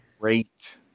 Great